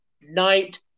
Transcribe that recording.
night